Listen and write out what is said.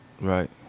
Right